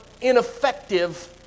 ineffective